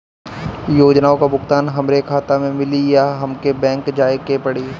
योजनाओ का भुगतान हमरे खाता में मिली या हमके बैंक जाये के पड़ी?